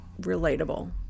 relatable